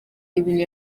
ibintu